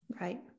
Right